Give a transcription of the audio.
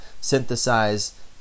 Synthesize